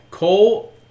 Cole